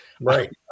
Right